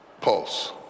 pulse